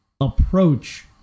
approach